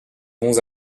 bons